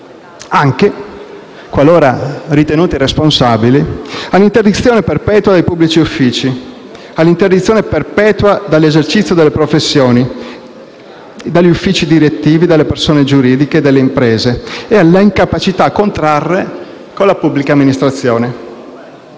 banche, qualora ritenuti responsabili, all'interdizione perpetua dai pubblici uffici, all'interdizione perpetua dall'esercizio delle professioni, dagli uffici direttivi delle persone giuridiche e delle imprese e all'incapacità di contrattare con la pubblica amministrazione.